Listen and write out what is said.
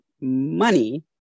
money